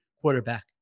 quarterback